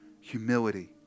humility